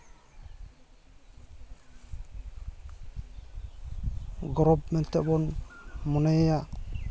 ᱜᱚᱨᱚᱵᱽ ᱢᱮᱱᱛᱮᱵᱚᱱ ᱢᱚᱱᱮᱭᱮᱭᱟ